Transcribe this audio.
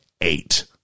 eight